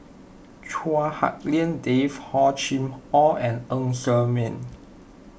Chua Hak Lien Dave Hor Chim or and Ng Ser Miang